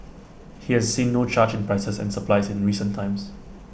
he has seen no charge in prices and supplies in recent times